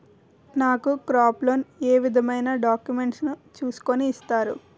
నాకు crop loan ఏ విధమైన డాక్యుమెంట్స్ ను చూస్కుని ఇస్తారు?